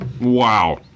Wow